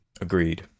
Agreed